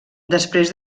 després